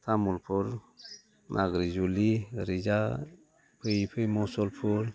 तामुलपुर मागोजुलि ओरैजा फैयै फैयै मुसलपुर